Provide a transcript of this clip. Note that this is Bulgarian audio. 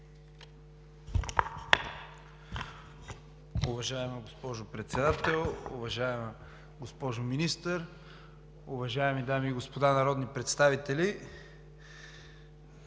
Уважаема госпожо Председател, уважаема госпожо Министър, уважаеми дами и господа народни представители!